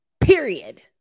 period